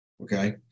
Okay